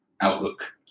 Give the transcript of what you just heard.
Outlook